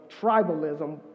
tribalism